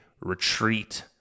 retreat